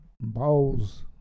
Balls